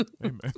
Amen